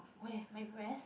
where my breast